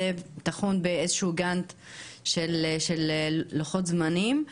תחום באיזשהו גאנט של לוחות זמנים,